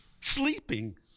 sleeping